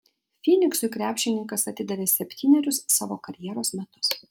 fyniksui krepšininkas atidavė septynerius savo karjeros metus